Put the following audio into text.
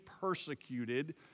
persecuted